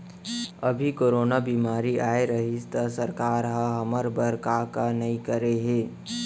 अभी कोरोना बेमारी अए रहिस त सरकार हर हमर बर का का नइ करे हे